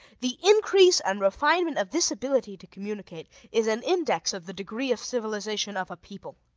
the increase and refinement of this ability to communicate is an index of the degree of civilization of a people.